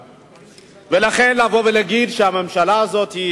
ולכן, לבוא ולהגיד שהממשלה הזאת,